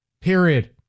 Period